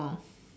oh